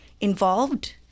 involved